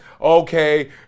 okay